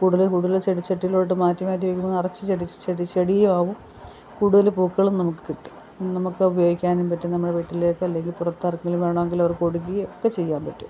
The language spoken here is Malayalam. കൂടുതൽ കൂടുതൽ ചെടി ചട്ടീലോട്ട് മാറ്റി മാറ്റി വെക്കുമ്പോൾ നിറച്ച് ചെടിച്ചട്ടി ചെടി ചെടീയാകും കൂടുതൽ പൂക്കളും നമുക്ക് കിട്ടും നമുക്ക് ഉപയോഗിക്കാനും പറ്റും നമ്മുടെ വീട്ടിലേക്കല്ലെങ്കിൽ പുറത്താർക്കേലും വേണമെങ്കിൽ കൊടുക്കയൊക്കെ ചെയ്യാൻ പറ്റും